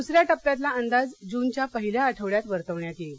द्सऱ्या टप्प्यातला अंदाज जूनच्या पहिल्या आठवड्यात वर्तवण्यात येईल